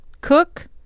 Cook